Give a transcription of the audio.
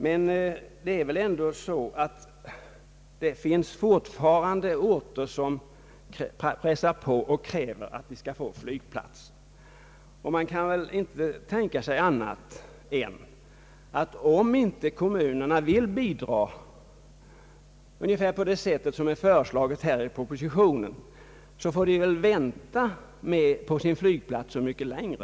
Men det är ändå så, att det fortfarande finns orter som pressar på och kräver att få ett flygfält. Man kan väl inte tänka sig annat än att sådana kommuner, om de inte vill bidraga ungefär på det sätt som är föreslaget här i propositionen, får vänta på sin flygplats så mycket längre.